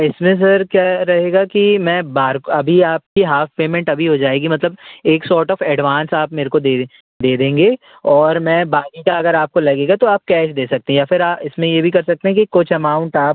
इसमें सर क्या रहेगा कि मैं बार अभी आपकी हॉफ़ पेमेंट अभी हो जाएगी मतलब एक सॉर्ट ऑफ़ एडवांस आप मेरे को दे दे देंगे और मैं बाकी का अगर आपको लगेगा तो आप कैश दे सकते हैं या फिर इसमें ये भी कर सकते हैं कि कुछ अमाउंट आप